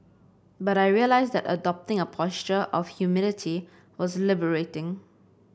but I realised that adopting a posture of humility was liberating